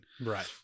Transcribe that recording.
right